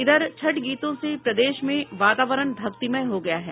इधर छठ गीतों से प्रदेश में वातावरण भक्तिमय हो गया है